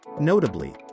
Notably